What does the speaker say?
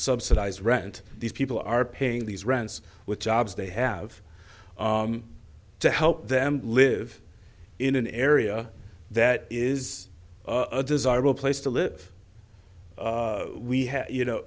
subsidized rent these people are paying these rents with jobs they have to help them live in an area that is a desirable place to live we have you know